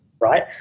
right